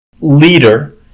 leader